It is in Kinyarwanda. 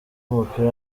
w’umupira